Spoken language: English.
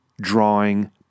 drawing